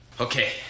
Okay